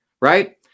right